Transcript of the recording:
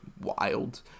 wild